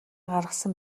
гаргасан